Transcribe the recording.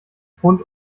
pfund